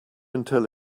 until